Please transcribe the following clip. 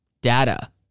Data